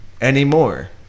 anymore